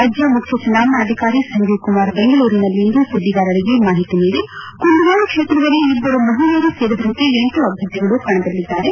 ರಾಜ್ಯ ಮುಖ್ಯ ಚುನಾವಣಾಧಿಕಾರಿ ಸಂಜೀವ್ ಕುಮಾರ್ ಬೆಂಗಳೂರಿನಲ್ಲಿಂದು ಸುದ್ದಿಗಾರರಿಗೆ ಮಾಹಿತಿ ನೀಡಿ ಕುಂದಗೋಳ ಕ್ಷೇತ್ರದಲ್ಲಿ ಇಬ್ಬರು ಮಹಿಳೆಯರೂ ಸೇರಿದಂತೆ ಎಂಟು ಅಭ್ಯರ್ಥಿಗಳು ಕಣದಲ್ಲಿದ್ದಾರೆ